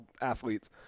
athletes